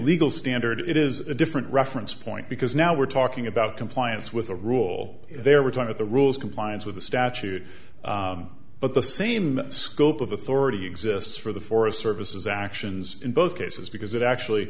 legal standard it is a different reference point because now we're talking about compliance with a rule they were talking at the rules compliance with the statute but the same scope of authority exists for the forest services actions in both cases because it actually